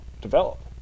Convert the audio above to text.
develop